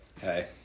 hey